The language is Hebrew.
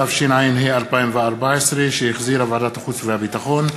67), התשע"ה 2014, שהחזירה ועדת החוץ והביטחון,